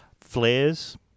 flares